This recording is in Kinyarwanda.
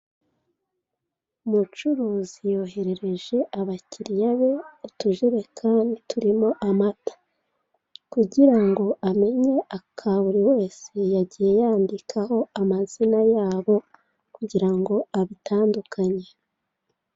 Umucuruzi yoherereje abakiriya be utujerekani turimo amata, kugira ngo amenya aka buri wese yagiye yandikaho amazina yabo kugira ngo abitandukanye.